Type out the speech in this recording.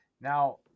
Now